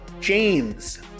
James